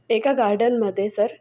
एका गार्डनमध्ये सर